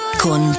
con